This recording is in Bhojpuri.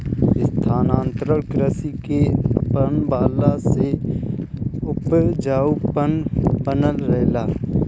स्थानांतरण कृषि के अपनवला से उपजाऊपन बनल रहेला